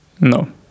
No